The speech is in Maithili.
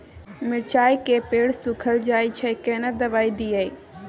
मिर्चाय के पेड़ सुखल जाय छै केना दवाई दियै?